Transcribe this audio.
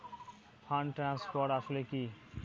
Fund transfer আসলে কী?